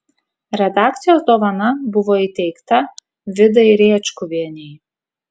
redakcijos dovana buvo įteikta vidai rėčkuvienei